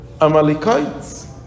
Amalekites